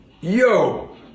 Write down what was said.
Yo